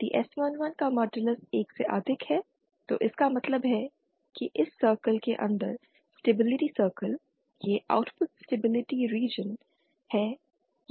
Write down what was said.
यदि s11 का modulus 1 से अधिक है तो इसका मतलब है कि इस सर्कल के अंदर स्टेबिलिटी सर्कल यह आउटपुट स्टेबिलिटी रीजन है